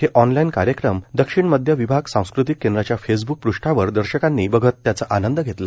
हे अॅनलाइन कार्यक्रम दक्षिण मध्य विभाग सांस्कृतिक केंद्राच्या फेसब्क पृष्ठावर दर्शकांनी बघत त्यांचा आनंद घेतला